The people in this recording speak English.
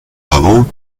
level